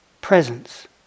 presence